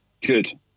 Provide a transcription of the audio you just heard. Good